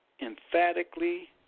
emphatically